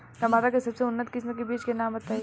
टमाटर के सबसे उन्नत किस्म के बिज के नाम बताई?